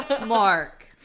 Mark